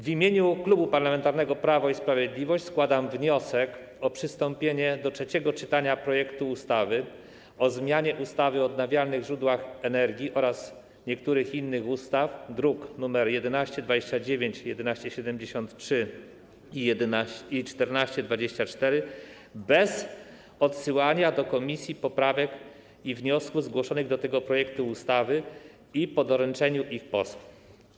W imieniu Klubu Parlamentarnego Prawo i Sprawiedliwość składam wniosek o przystąpienie do trzeciego czytania projektu ustawy o zmianie ustawy o odnawialnych źródłach energii oraz niektórych innych ustaw, druki nr 1129, 1173 i 1424, bez odsyłania do komisji poprawek i wniosków zgłoszonych do tego projektu ustawy i po doręczeniu ich posłom.